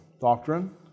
doctrine